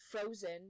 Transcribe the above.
frozen